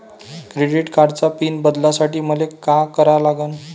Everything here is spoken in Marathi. क्रेडिट कार्डाचा पिन बदलासाठी मले का करा लागन?